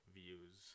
views